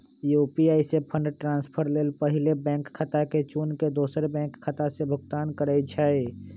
UPI से fund transfer लेल पहिले बैंक खता के चुन के दोसर बैंक खता से भुगतान करइ छइ